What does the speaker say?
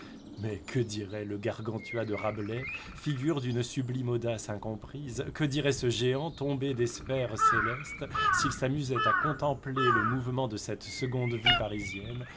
mais que dirait le gargantua de rabelais figure d'une sublime audace incomprise que dirait ce géant tombé des sphères célestes s'il s'amusait à contempler le mouvement de cette seconde vie